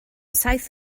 saith